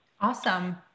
Awesome